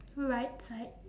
right side